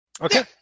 Okay